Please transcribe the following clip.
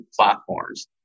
platforms